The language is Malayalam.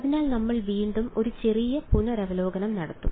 അതിനാൽ നമ്മൾ വീണ്ടും ഒരു ചെറിയ പുനരവലോകനം നടത്തും